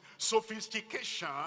Sophistication